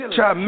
Try